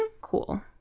Cool